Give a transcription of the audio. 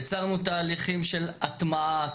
יצרנו תהליכים של הטמעה,